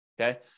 okay